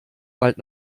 bald